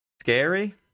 scary